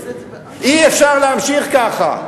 אי-אפשר להמשיך ככה.